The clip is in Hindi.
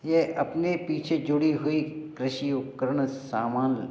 यह अपने पीछे जुड़ी हुई कृषि उपकरण सामान